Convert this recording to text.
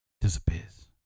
disappears